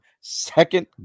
second